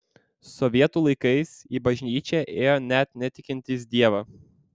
sovietų laikais į bažnyčią ėjo net netikintys dievą